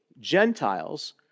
Gentiles